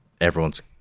everyone's